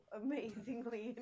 amazingly